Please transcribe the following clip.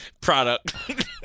Product